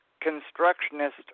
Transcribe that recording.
constructionist